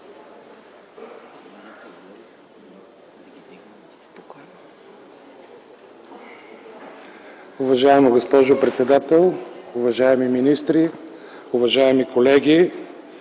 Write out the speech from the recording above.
Уважаема госпожо председател, уважаеми министри, уважаеми колеги!